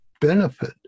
benefit